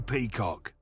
Peacock